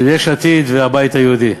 של יש עתיד והבית היהודי.